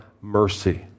mercy